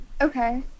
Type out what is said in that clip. Okay